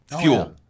Fuel